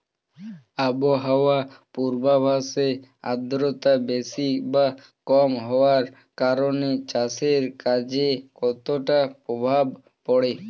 আবহাওয়ার পূর্বাভাসে আর্দ্রতা বেশি বা কম হওয়ার কারণে চাষের কাজে কতটা প্রভাব পড়ে?